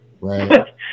Right